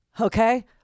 okay